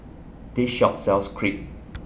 This Shop sells Crepe